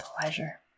pleasure